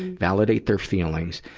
validate their feelings,